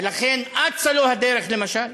ולכן אצה לו הדרך, למשל?